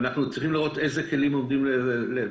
ולכן אנחנו צריכים לראות אילו כלים עומדים לפנינו,